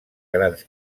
grans